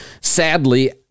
sadly